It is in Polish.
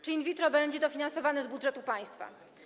Czy in vitro będzie dofinansowane z budżetu państwa?